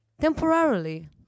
temporarily